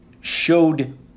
showed